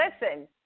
Listen